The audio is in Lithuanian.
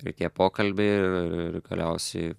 ir tie pokalbiai ir ir ir galiausiai